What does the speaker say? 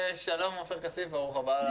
שלום עופר כסיף, ברוך הבא לוועדה.